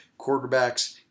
quarterbacks